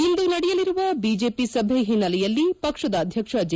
ಇಂದು ನಡೆಯಲಿರುವ ಬಿಜೆಪಿ ಸಭೆ ಹಿನ್ನೆಲೆಯಲ್ಲಿ ಪಕ್ಷದ ಅಧ್ಯಕ್ಷ ಜೆ